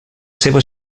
seva